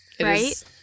right